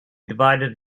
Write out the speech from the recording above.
divided